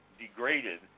degraded